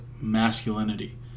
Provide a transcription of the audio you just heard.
masculinity